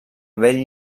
bell